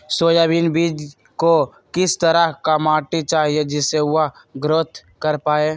Soybean बीज को किस तरह का मिट्टी चाहिए जिससे वह ग्रोथ कर पाए?